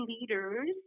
leaders